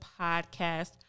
podcast